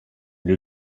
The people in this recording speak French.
lieu